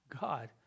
God